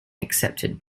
accepted